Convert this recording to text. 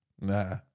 Nah